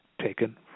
taken